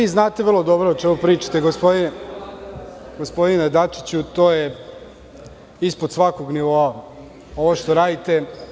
Vi znate vrlo dobro o čemu pričate, gospodine Dačiću, to je ispod svakog nivoa, ovo što vi radite.